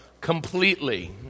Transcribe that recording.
completely